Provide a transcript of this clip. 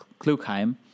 Klugheim